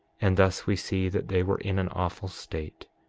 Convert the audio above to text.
and thus we see that they were in an awful state,